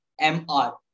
MR